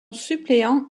suppléant